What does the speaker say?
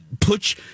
put